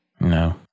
No